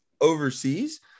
overseas